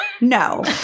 No